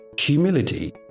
Humility